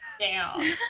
down